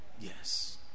yes